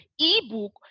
ebook